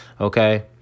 okay